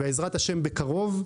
בעזרת ה' בקרוב,